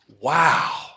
Wow